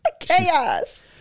Chaos